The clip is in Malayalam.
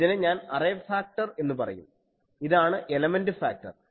ഇതിനെ ഞാൻ അറേ ഫാക്ടർ എന്ന് പറയും ഇതാണ് എലമെൻറ് ഫാക്ടർ